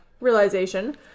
realization